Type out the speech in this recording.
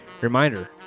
Reminder